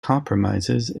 compromises